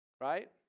Right